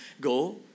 Go